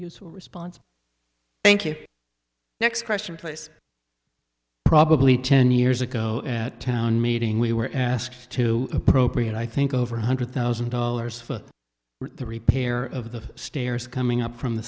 useful response thank you next question place probably ten years ago at town meeting we were asked to appropriate i think over one hundred thousand dollars for the repair of the stairs coming up from the